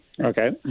Okay